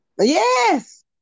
Yes